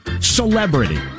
Celebrity